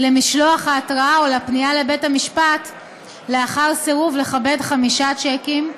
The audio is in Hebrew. למשלוח ההתראה או לפנייה לבית-המשפט לאחר סירוב לכבד חמישה שיקים,